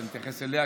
ואני אתייחס אליה,